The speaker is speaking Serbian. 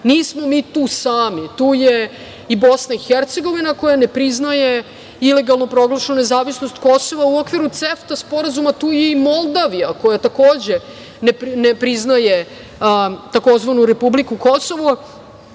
nismo mi tu sami, tu je i Bosna i Hercegovina koja ne priznaje ilegalno proglašenu nezavisnost Kosova u okviru CEFTA sporazuma, tu je i Moldavija koja takođe ne priznaje tzv. republiku Kosovo.